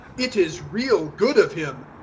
it is real good of him.